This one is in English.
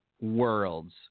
worlds